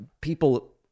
people